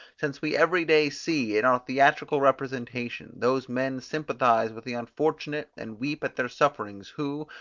since we every day see, in our theatrical representation, those men sympathize with the unfortunate and weep at their sufferings, who,